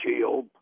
shield